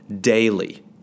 daily